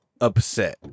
upset